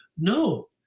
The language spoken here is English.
No